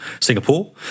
Singapore